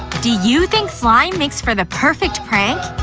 do you think slime makes for the perfect prank?